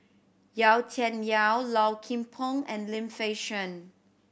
Yau Tian Yau Low Kim Pong and Lim Fei Shen